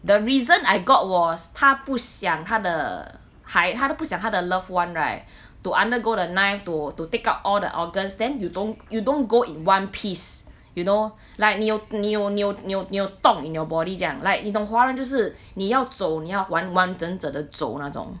the reason I got was 他不想他的孩她都不想他的 loved one right to undergo the knife to to take out all the organs then you don't you don't go in one piece you know like 你有你有你有你有你有洞 in your body 这样 like 你懂华人就是你要走你要完完整整的走那种